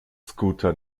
scooter